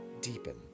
deepen